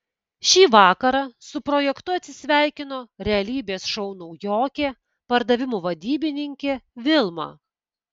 šį vakarą su projektu atsisveikino realybės šou naujokė pardavimų vadybininkė vilma